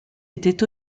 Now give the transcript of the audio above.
était